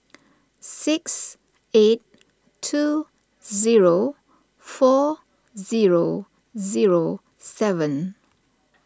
six eight two zero four zero zero seven